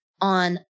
on